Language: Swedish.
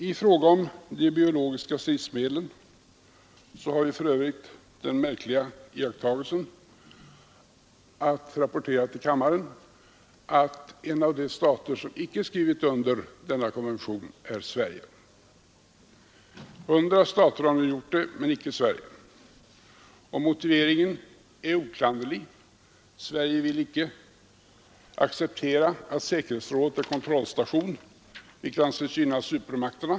I fråga om de biologiska stridsmedlen har vi för övrigt den märkliga iakttagelsen att rapportera till kammaren, att en av de stater som icke skriver under denna konvention är Sverige. 100 stater har nu gjort det, men icke Sverige. Motiveringen är oklanderlig: Sverige vill icke acceptera att säkerhetsrådet är kontrollstation, vilket anses gynna supermakterna.